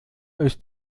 ist